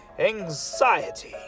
anxiety